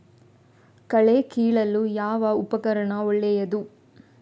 ಕಳೆ ಕೀಳಲು ಯಾವ ಉಪಕರಣ ಒಳ್ಳೆಯದು?